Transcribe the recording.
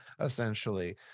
essentially